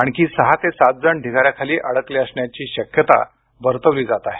आणखी सहा ते सात जण ढिगाऱ्याखाली अडकले असण्याची शक्यता वर्तविली जात आहे